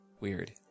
Weird